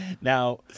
Now